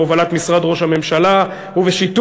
בהובלת משרד ראש הממשלה ובשיתוף,